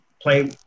play